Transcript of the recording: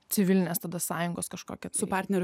civilinės tada sąjungos kažkokią su partneriu